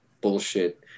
bullshit